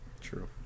True